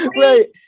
Right